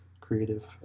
creative